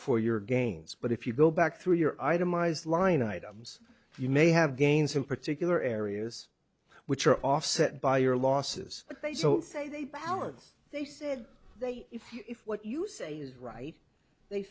for your gains but if you go back through your itemized line items you may have gains in particular areas which are offset by your losses they so say they balance they said they if what you say is right they